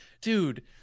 dude